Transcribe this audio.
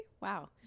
wow